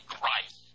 Christ